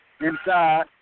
inside